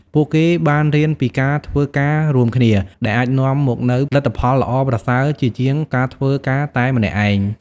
ពួកគេបានរៀនពីការធ្វើការរួមគ្នា ដែលអាចនាំមកនូវលទ្ធផលល្អប្រសើរជាជាងការធ្វើការតែម្នាក់ឯង។